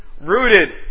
Rooted